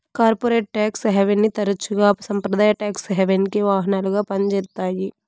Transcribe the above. corporate tax హావెన్ని తరచుగా సంప్రదాయ టాక్స్ హావెన్కి వాహనాలుగా పంజేత్తాయి